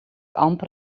amper